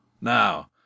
Now